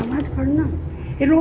आवाज़ु कर न अहिड़ो